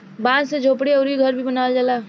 बांस से झोपड़ी अउरी घर भी बनावल जाला